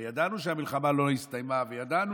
הרי ידענו שהמלחמה לא הסתיימה וידענו